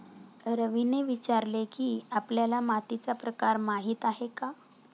रवीने विचारले की, आपल्याला मातीचा प्रकार माहीत आहे का?